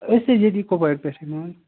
أسۍ ٲسۍ ییٚتہِ کۄپوارِ پٮ۪ٹھٕے مان